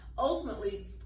ultimately